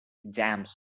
jams